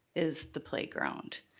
is the playground.